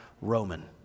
Roman